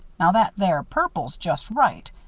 now that there purple's just right.